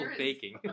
baking